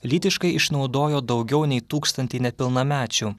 lytiškai išnaudojo daugiau nei tūkstantį nepilnamečių